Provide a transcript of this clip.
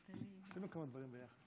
אדוני היושב-ראש, כנסת נכבדה, מכובדיי כולם,